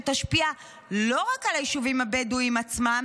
שתשפיע לא רק על היישובים הבדואיים עצמם